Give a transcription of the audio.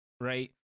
right